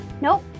Nope